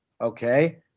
okay